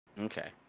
Okay